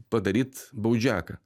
padaryt baudžiaką